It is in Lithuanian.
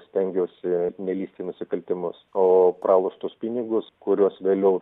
stengiuosi nelįst į nusikaltimus o praloštus pinigus kuriuos vėliau